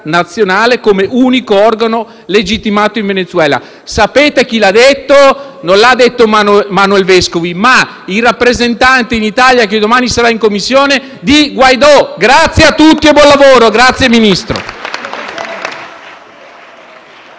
nazionale come unico organo legittimo in Venezuela». Sapete chi lo ha detto? Non Manuel Vescovi, ma il rappresentante in Italia di Guaidó, che domani sarà in Commissione. Grazie a tutti e buon lavoro. Grazie, signor